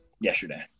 Yesterday